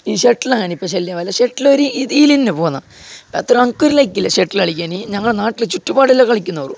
ഈ ഷട്ടിലാണ് ഇപ്പോൾ ശല്യം ഷട്ടിൽ ഈ രീതിയിൽ തന്നെ പോകുന്നത് എനിക്കത്ര ലൈക്കില്ല ഷട്ടില് കളിക്കാന് ഞങ്ങളുടെ നാട്ടില് ചുറ്റുപാടെല്ലാം കളിക്കുന്നുള്ളു